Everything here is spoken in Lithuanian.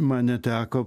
man neteko